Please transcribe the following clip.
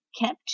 kept